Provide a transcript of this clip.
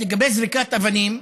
לגבי זריקת אבנים,